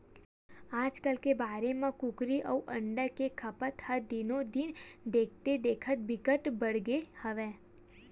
आजकाल के बेरा म कुकरी अउ अंडा के खपत ह दिनो दिन देखथे देखत बिकट बाड़गे हवय